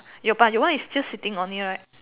your but your one is just sitting on it right